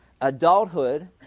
adulthood